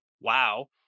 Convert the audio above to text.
wow